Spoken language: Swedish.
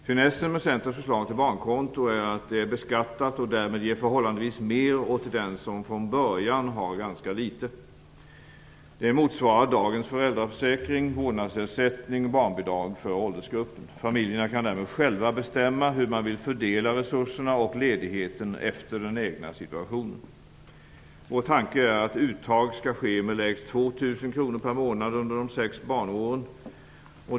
Finessen med Centerns förslag till barnkonto är att det är beskattat och därmed ger förhållandevis mer åt den som från början har ganska litet. Det motsvarar dagens föräldraförsäkring, vårdnadsersättning och barnbidrag för åldersgruppen. Familjerna kan därmed själva bestämma hur de vill fördela resurserna och ledigheten efter den egna situationen. Vår tanke är att uttag skall ske med lägst 2 000 kr i månaden under de sex barnåren.